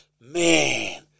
man